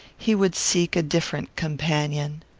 he would seek a different companion.